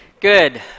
Good